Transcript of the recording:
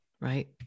Right